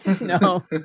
No